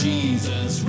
Jesus